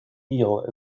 eel